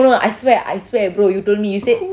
no I swear I swear you told me